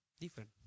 Different